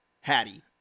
Hattie